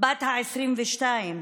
בת ה-22,